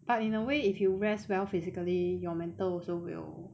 but in a way if you rest well physically your mental also will